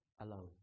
alone